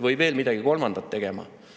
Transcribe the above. või veel midagi muud tegema.